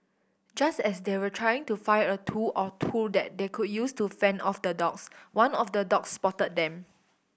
just as they were trying to find a tool or two that they could use to fend off the dogs one of the dogs spotted them